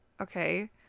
Okay